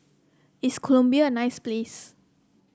is Colombia a nice place